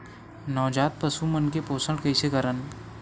नवजात पशु मन के पोषण कइसे करन?